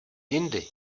jindy